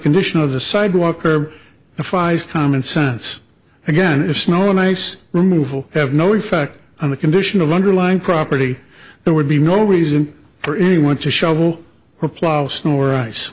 condition of the sidewalk or defies common sense again if snow and ice removal have no effect on the condition of underlying property there would be no reason for anyone to shovel or plow snow or ice